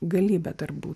galybę darbų